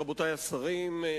רבותי השרים,